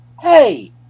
Hey